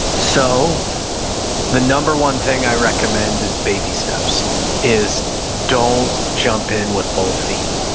so the number one thing i recommend is baby steps is don't jump in with both feet.